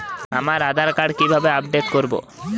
আমার আধার কার্ড কিভাবে আপডেট করব?